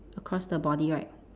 across the body right